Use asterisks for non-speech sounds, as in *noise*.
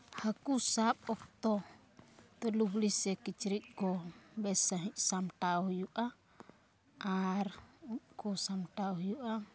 ᱦᱟᱹᱠᱩ ᱥᱟᱵ ᱚᱠᱛᱚ *unintelligible* ᱞᱩᱜᱲᱤ ᱥᱮ ᱠᱤᱪᱨᱤᱡᱽ ᱠᱚ ᱵᱮᱥ ᱥᱟᱸᱦᱤᱡ ᱥᱟᱢᱴᱟᱣ ᱦᱩᱭᱩᱜᱼᱟ ᱟᱨ ᱩᱵᱠᱚ ᱥᱟᱢᱴᱟᱣ ᱦᱩᱭᱩᱜᱼᱟ